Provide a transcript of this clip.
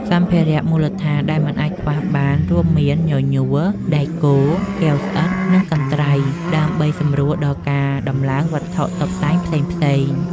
សម្ភារៈមូលដ្ឋានដែលមិនអាចខ្វះបានរួមមាន ញញួរ ដែកគោល កាវស្អិត និងកន្ត្រៃ ដើម្បីសម្រួលដល់ការដំឡើងវត្ថុតុបតែងផ្សេងៗ។